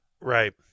Right